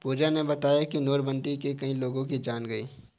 पूजा ने बताया कि नोटबंदी में कई लोगों की जान गई